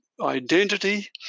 identity